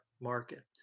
market